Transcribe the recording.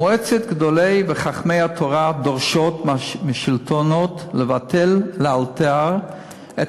מועצות גדולי וחכמי התורה דורשות מהשלטונות לבטל לאלתר את